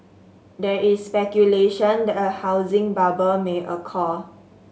there is speculation that a housing bubble may occur